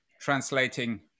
translating